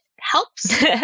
helps